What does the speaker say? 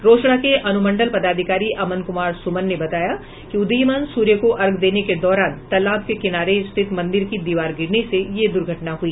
रोसड़ा के अनुमंडल पदाधिकारी अमन कुमार सुमन ने बताया कि उदीयमान सूर्य को अर्घ्य देने के दौरान तालाब के किनारे स्थित मंदिर की दीवार गिरने से यह दुर्घटना हुई